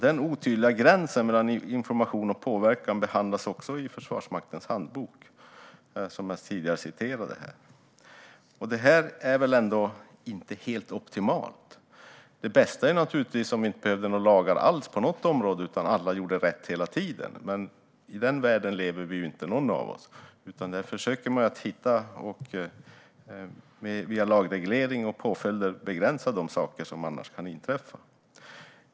Den otydliga gränsen mellan information och påverkan behandlas också i Försvarsmaktens handbok, som jag tidigare citerade här. Detta är väl ändå inte helt optimalt. Det bästa skulle naturligtvis vara om alla gjorde rätt hela tiden och vi därför inte behövde några lagar alls på något område. I en sådan värld lever dock ingen av oss, utan man försöker via lagreglering och påföljder begränsa de saker som annars kan inträffa.